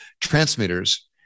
transmitters